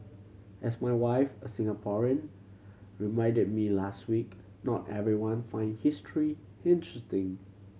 as my wife a Singaporean reminded me last week not everyone find history interesting